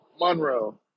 Monroe